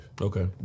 Okay